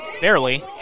barely